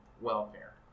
welfare